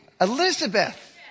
Elizabeth